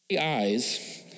eyes